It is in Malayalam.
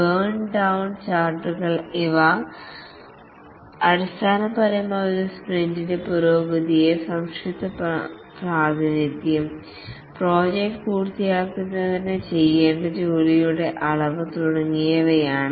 ബേൺ ഡൌൺ ചാർട്ടുകൾ അടിസ്ഥാനപരമായി ഒരു സ്പ്രിന്റിലെ പുരോഗതിയുടെ സംക്ഷിപ്ത പ്രാതിനിധ്യം പ്രോജക്റ്റ് പൂർത്തിയാക്കുന്നതിന് ചെയ്യേണ്ട ജോലിയുടെ അളവ് തുടങ്ങിയവയാണ്